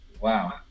wow